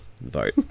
vote